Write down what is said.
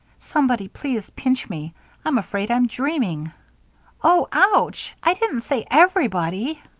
somebody please pinch me i'm afraid i'm dreaming oh! ouch! i didn't say everybody.